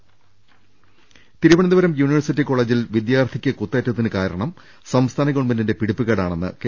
രദ്ദമ്പ്പെട്ടറ Thiruvananthapuram university കോളജിൽ വിദ്യാർത്ഥിക്ക് കുത്തേറ്റ തിന് കാരണം സംസ്ഥാന ഗവൺമെന്റിന്റെ പിടിപ്പുകേടാണെന്ന് കെ